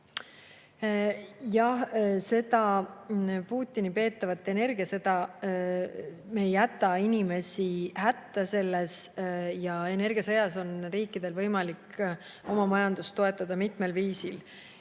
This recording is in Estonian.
Jah, selles Putini peetavas energiasõjas me ei jäta inimesi hätta. Energiasõjas on riikidel võimalik oma majandust toetada mitmel viisil.